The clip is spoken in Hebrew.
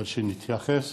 אבל שנתייחס